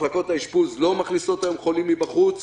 מחלקות האשפוז לא מכניסות היום חולים מבחוץ.